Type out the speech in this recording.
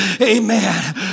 amen